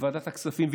לוועדת הכספים,